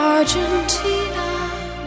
Argentina